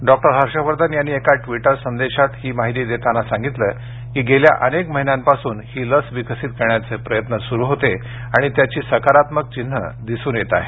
doctor Harsh Vardhan यांनी एका Twitter संदेशात ही माहिती देताना सांगितलं की गेल्या अनेक महिन्यांपासूनही लस विकसित करण्याचे प्रयत्न सुरु होते आणि त्याची सकारात्मक चिन्हे दिसून येत आहेत